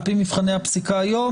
על-פי מבחני הפסיקה היום,